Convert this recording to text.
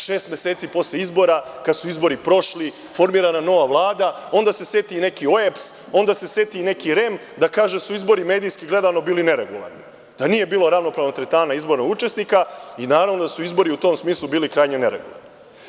Šest meseci posle izbora, kada su izbori prošli, formirana nova Vlada, onda se seti neki OEBS, onda se seti neki REM da kaže da su izbori medijski gledano bili neregularni, da nije bilo ravnopravnog tretmana učesnika na izborima i naravno da su izbori u tom smislu bili krajnje neregularni.